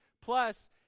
plus